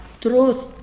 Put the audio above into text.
truth